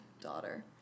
daughter